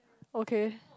okay